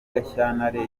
gashyantare